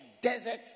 desert